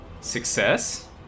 success